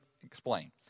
explain